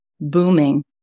booming